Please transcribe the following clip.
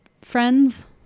friends